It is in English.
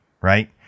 right